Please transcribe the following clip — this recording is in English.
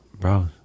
Bro